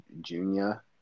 junior